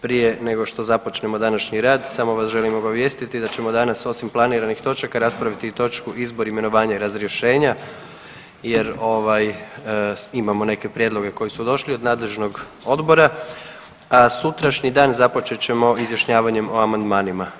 Prije nego što započnemo današnji rad, samo vas želim obavijestiti da ćemo danas osim planiranih točaka raspraviti i točku Izbor, imenovanja i razrješenja jer ovaj, imamo neke prijedloge koji su došli od nadležnog odbora, a sutrašnji dan započet ćemo izjašnjavanjem o amandmanima.